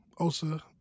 Osa